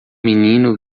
menino